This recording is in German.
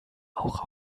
auch